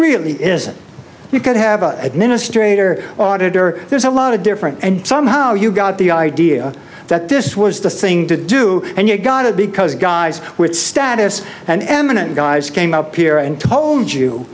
really is you could have a minister or auditor there's a lot of different and somehow you got the idea that this was the thing to do and you got it because guys with status and eminent guys came up here and told you